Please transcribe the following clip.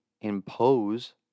impose